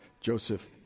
Joseph